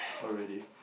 oh really